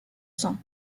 sangs